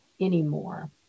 anymore